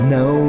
no